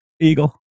Eagle